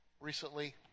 recently